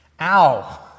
Ow